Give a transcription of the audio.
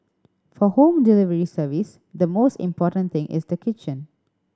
for home delivery service the most important thing is the kitchen